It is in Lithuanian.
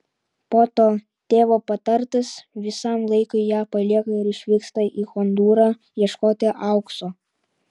po to tėvo patartas visam laikui ją palieka ir išvyksta į hondūrą ieškoti aukso